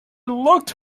looked